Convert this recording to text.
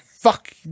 fuck